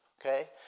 Okay